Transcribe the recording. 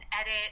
edit